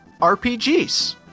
RPGs